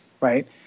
right